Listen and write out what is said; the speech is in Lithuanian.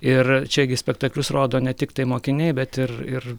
ir čiagi spektaklius rodo ne tiktai mokiniai bet ir ir